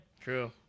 True